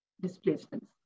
displacements